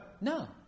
No